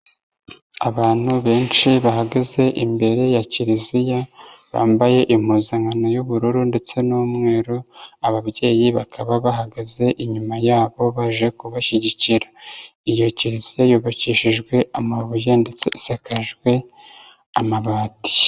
Abantu benshi bahagaze imbere ya Kiliziya bambaye impuzankano y'ubururu ndetse n'umweru, ababyeyi bakaba bahagaze inyuma yabo baje kubashyigikira, iyo Kiliziya yubakishijwe amabuye ndetse isakajwe amabati.